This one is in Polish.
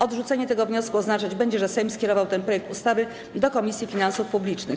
Odrzucenie tego wniosku oznaczać będzie, że Sejm skierował ten projekt ustawy do Komisji Finansów Publicznych.